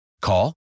Call